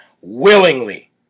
willingly